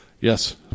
Yes